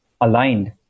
aligned